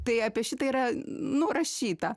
tai apie šitą yra nurašyta